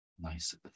nice